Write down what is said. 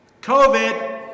COVID